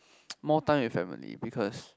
more time with family because